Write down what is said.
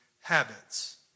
habits